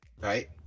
right